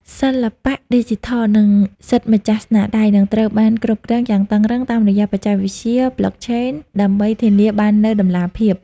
សិល្បៈឌីជីថល និងសិទ្ធិម្ចាស់ស្នាដៃនឹងត្រូវបានគ្រប់គ្រងយ៉ាងតឹងរ៉ឹងតាមរយៈបច្ចេកវិទ្យា Blockchain ដើម្បីធានាបាននូវតម្លាភាព។